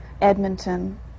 Edmonton